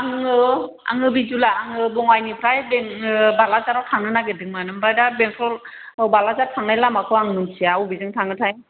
आङो आङो बिजुला आङो बङाइनिफ्राय बालाजाराव थांनो नागिरदोंमोन ओमफ्राय दा बेंथल औ बालाजार थांनाय लामाखौ आं मोन्थिया अबेजों थाङोथाय